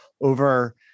over